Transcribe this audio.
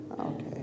Okay